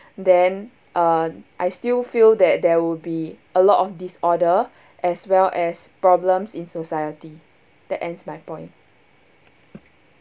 then uh I still feel that there will be a lot of disorder as well as problems in society that ends my point